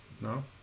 No